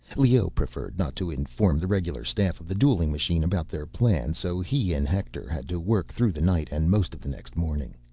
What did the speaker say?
leoh preferred not to inform the regular staff of the dueling machine about their plan, so he and hector had to work through the night and most of the next morning.